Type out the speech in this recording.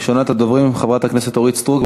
ראשונת הדוברים, חברת הכנסת אורית סטרוק,